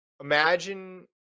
Imagine